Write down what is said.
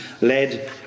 led